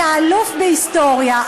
אתה אלוף בהיסטוריה.